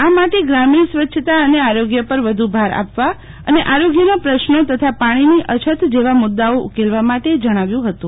આ માટે ગ્રામીણ સ્વચ્છતા અને આરોગ્ય પર વધુ ભાર આપવા અને આરોગ્યના પ્રશ્નો તથા પાણીની અછત જેવા મુદ્દાઓ ઉકેલવા માટે જણાવ્યું હતું